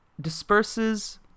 disperses